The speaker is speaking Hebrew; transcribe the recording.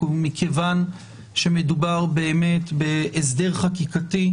מכיוון שמדובר בהסדר חקיקתי,